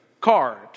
card